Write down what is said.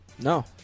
No